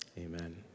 amen